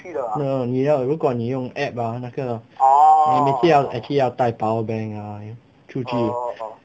no 你的如果你用 app ah 那个你也是要 actually 要带 powerbank mah 出去